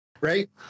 Right